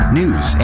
news